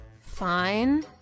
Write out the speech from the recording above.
Fine